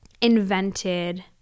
invented